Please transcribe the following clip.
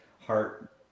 heart